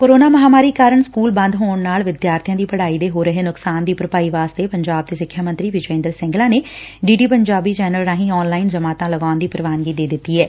corona ਮਹਾਂਮਾਰੀ ਕਾਰਨ school ਬੰਦ ਹੋਣ ਨਾਲ ਵਿਦਿਆਰਬੀਆਂ ਦੀ ਪੜਾਈ ਦੇ ਹੋ ਰਹੇ ਨੁਕਸਾਨ ਦੀ ਭਰਪਾਈ ਵਾਸਤੇ ਪੰਜਾਬ ਦੇ ਸਿੱਖਿਆ ਮੰਤਰੀ ਵਿਜੈ ਇੰਦਰ ਸਿੰਗਲਾ ਨੇ ਡੀ ਡੀ ਪੰਜਾਬੀ ਰਾਹੀਂ ਆਨ ਲਾਈਨ ਜਮਾਤਾਂ ਲਗਾਉਣ ਦੀ ਪੁਵਾਨਗੀ ਦੇ ਦਿੱਤੀ ਐ